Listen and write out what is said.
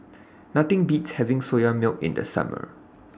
Nothing Beats having Soya Milk in The Summer